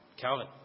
Calvin